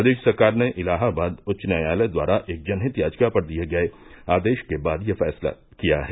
प्रदेश सरकार ने इलाहाबाद उच्च न्यायालय द्वारा एक जनहित याचिका पर दिये गये आदेश के बाद यह फैंसला किया है